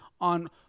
on